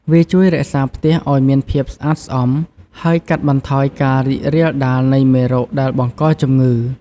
វាជួយរក្សាផ្ទះឱ្យមានភាពស្អាតស្អំ ហើយកាត់បន្ថយការរីករាលដាលនៃមេរោគដែលបង្កជំងឺ។